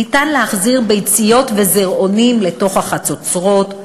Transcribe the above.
ניתן להחזיר ביציות וזירעונים לתוך החצוצרות,